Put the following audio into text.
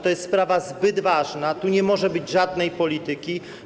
To jest sprawa zbyt ważna, tu nie może być żadnej polityki.